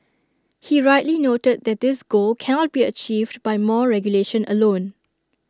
he rightly noted that this goal cannot be achieved by more regulation alone